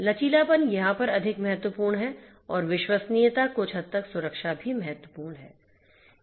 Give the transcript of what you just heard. लचीलापन यहाँ पर अधिक महत्वपूर्ण है और विश्वसनीयता कुछ हद तक सुरक्षा भी महत्वपूर्ण है